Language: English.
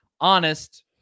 honest